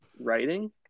writing